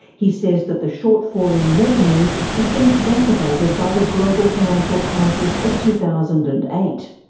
he says that the shortfall in revenue has been exacerbated by the global financial crisis of two thousand and eight.